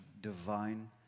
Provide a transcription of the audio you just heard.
Divine